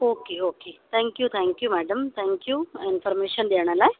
okay okay thank you thank you madam thank you information ॾियण लाइ